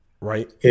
right